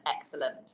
excellent